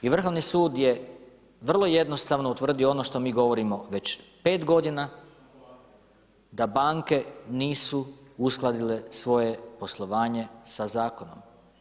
I Vrhovni sud je vrlo jednostavno utvrdio ono što mi govorimo već 5 godina da banke nisu uskladile svoje poslovanje sa zakonom.